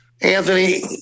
Anthony